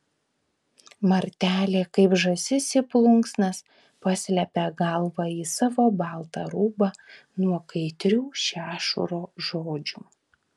martelė kaip žąsis į plunksnas paslepia galvą į savo baltą rūbą nuo kaitrių šešuro žodžių